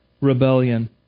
rebellion